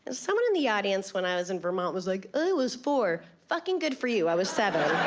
someone in the audience when i was in vermont was like, i was four. fucking good for you. i was seven.